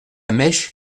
mèche